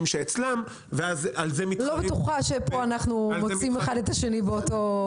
אצלם --- אני לא בטוחה שבנושא הזה אנחנו באותו הצד.